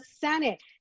Senate